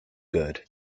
good